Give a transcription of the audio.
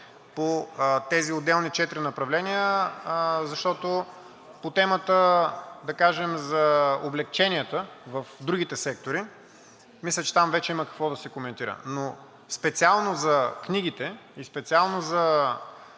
по тези отделни четири направления. Защото по темата, да кажем, за облекченията в другите сектори, мисля, че там вече има какво да се коментира. Специално за книгите и специално за